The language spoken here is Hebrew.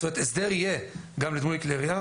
זאת אומרת, הסדר יהיה גם לדמוי כלי ירייה?